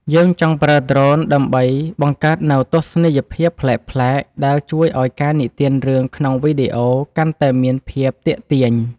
យើងចង់ប្រើដ្រូនដើម្បីបង្កើតនូវទស្សនីយភាពប្លែកៗដែលជួយឱ្យការនិទានរឿងក្នុងវីដេអូកាន់តែមានភាពទាក់ទាញ។